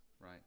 Right